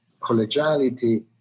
collegiality